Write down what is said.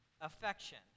affection